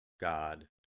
God